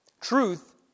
Truth